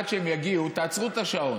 עד שהם יגיעו, תעצרו את השעון.